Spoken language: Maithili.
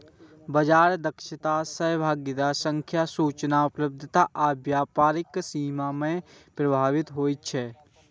बाजार दक्षता सहभागीक संख्या, सूचना उपलब्धता आ व्यापारक सीमा सं प्रभावित होइ छै